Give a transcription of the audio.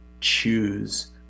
choose